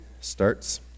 starts